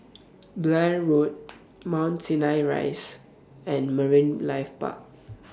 Blair Road Mount Sinai Rise and Marine Life Park